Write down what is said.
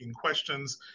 questions